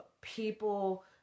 people